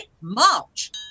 march